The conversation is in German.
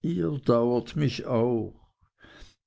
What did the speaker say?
ihr dauert mich auch